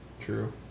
True